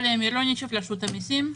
ברשות המסים.